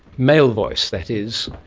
male voice that is,